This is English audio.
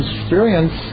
experience